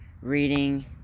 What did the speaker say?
reading